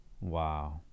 Wow